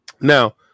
now